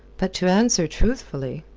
but to answer truthfully!